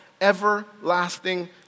everlasting